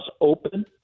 open